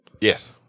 Yes